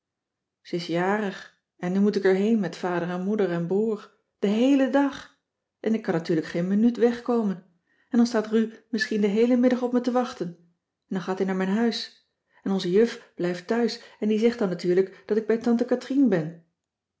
ze is jarig en nu moet ik er heen met vader en moeder en broer den heelen dag en ik kan natuurlijk geen minuut wegkomen en dan staat ru misschien den heelen middag op me te wachten en dan gaat hij naar mijn huis en onze juf blijft thuis en die zegt dan natuurlijk dat ik bij tante katrien ben